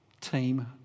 team